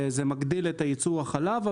זה מגדיל את ייצור החלב,